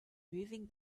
moving